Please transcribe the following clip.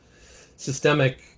systemic